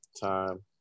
time